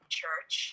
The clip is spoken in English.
church